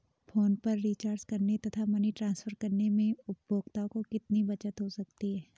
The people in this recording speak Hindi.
फोन पर रिचार्ज करने तथा मनी ट्रांसफर में उपभोक्ता को कितनी बचत हो सकती है?